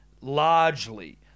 largely